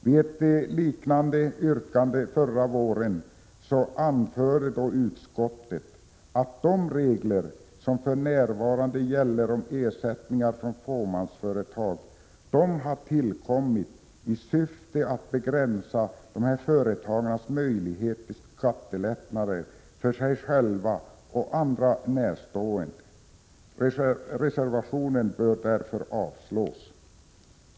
Vid ett liknande yrkande förra våren anförde utskottet att de regler som för närvarande gäller om ersättningar från fåmansföretag har tillkommit i syfte att begränsa dessa företagares möjligheter till skattelättnader för sig själva och andra närstående. Reservationen bör därför avslås.